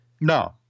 No